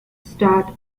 start